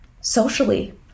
Socially